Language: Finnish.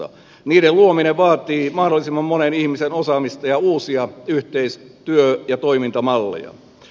niiden luominen vaatii mahdollisimman monen ihmisen osaamista ja uusia yhteystyö ja toimintamalleja